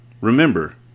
Remember